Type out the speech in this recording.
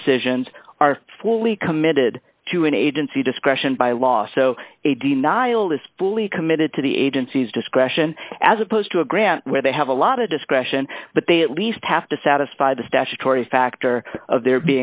decisions are fully committed to an agency discretion by law so a denial is fully committed to the agency's discretion as opposed to a grant where they have a lot of discretion but they at least have to satisfy the statutory factor of there